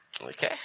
Okay